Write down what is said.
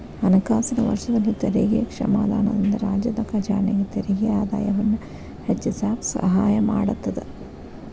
ಹಣಕಾಸಿನ ವರ್ಷದಲ್ಲಿ ತೆರಿಗೆ ಕ್ಷಮಾದಾನದಿಂದ ರಾಜ್ಯದ ಖಜಾನೆಗೆ ತೆರಿಗೆ ಆದಾಯವನ್ನ ಹೆಚ್ಚಿಸಕ ಸಹಾಯ ಮಾಡತದ